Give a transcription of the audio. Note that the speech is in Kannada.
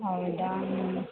ಹೌದಾ ಹ್ಞೂ